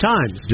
Times